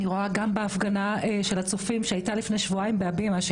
אני רואה גם בהפגנה של הצופים שהייתה לפני שבועיים בבימה,